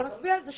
בוא נצביע על זה.